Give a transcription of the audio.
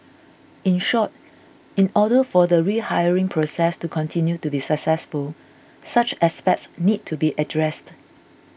in short in order for the rehiring process to continue to be successful such aspects need to be addressed